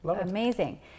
amazing